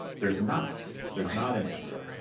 there's not there's not an answer.